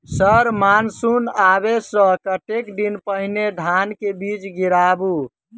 Sir monsoon आबै सऽ कतेक दिन पहिने धान केँ बीज गिराबू?